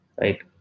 Right